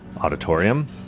Auditorium